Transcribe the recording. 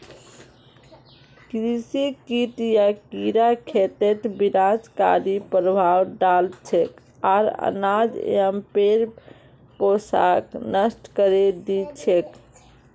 कृषि कीट या कीड़ा खेतत विनाशकारी प्रभाव डाल छेक आर अनाज एवं पेड़ पौधाक नष्ट करे दी छेक